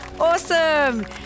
Awesome